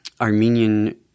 Armenian